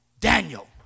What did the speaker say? Daniel